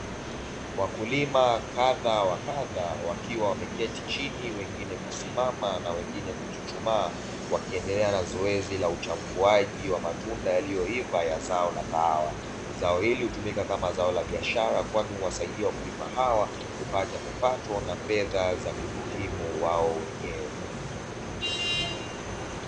Wakulima kadha wa kadha wakiwa wameketi chini wengine kusimama na wengine kuchuchumaa wakiendelea na zoezi la uchambuaji wa matunda yaliyoiva ya zao la kahawa. Zao hili hutumika kama zao la biashara kwani, huwasaidia wakulima hawa kupata kipato na fedha za kujikimu wao wenyewe.